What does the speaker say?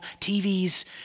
TV's